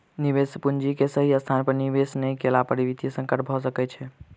निवेश पूंजी के सही स्थान पर निवेश नै केला पर वित्तीय संकट भ सकै छै